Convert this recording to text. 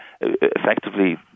effectively